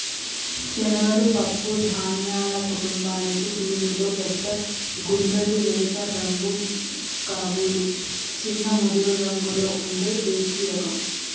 శనగలు పప్పు ధాన్యాల కుటుంబానికీ దీనిలో పెద్ద గుండ్రటి లేత రంగు కబూలి, చిన్న ముదురురంగులో ఉండే దేశిరకం